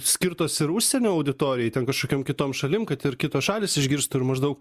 skirtos ir užsienio auditorijai ten kažkokiom kitom šalim kad ir kitos šalys išgirstų ir maždaug